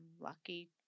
lucky